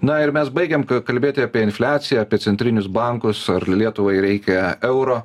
na ir mes baigėm kalbėti apie infliaciją apie centrinius bankus ar lietuvai reikia euro